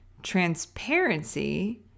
transparency